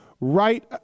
right